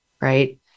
right